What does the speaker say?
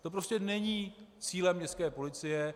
To prostě není cílem městské policie.